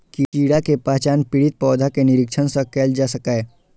कीड़ा के पहचान पीड़ित पौधा के निरीक्षण सं कैल जा सकैए